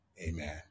Amen